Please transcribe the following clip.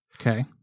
okay